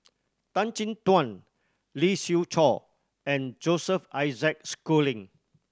Tan Chin Tuan Lee Siew Choh and Joseph Isaac Schooling